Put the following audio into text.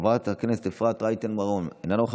חבר הכנסת דוד אמסלם, אינו נוכח,